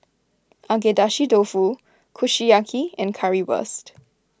Agedashi Dofu Kushiyaki and Currywurst